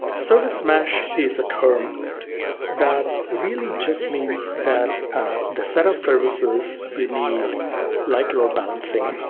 service mesh is a term that really just means that the set of services you need like load balancing,